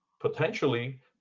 potentially